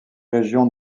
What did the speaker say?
région